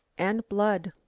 and blood.